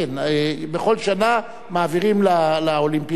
בכל שנה מעבירים לאולימפיאדה.